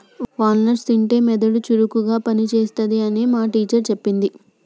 wall nuts తింటే మెదడు చురుకుగా పని చేస్తది అని మా టీచర్ చెప్పింది